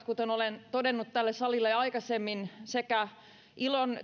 kuten olen todennut tälle salille jo aikaisemmin oli sekä ilon